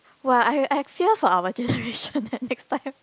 !wah! I I fear for our generation eh next time